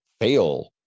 fail